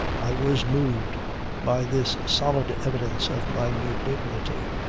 i was moved by this solid evidence of my new dignity.